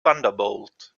thunderbolt